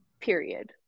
period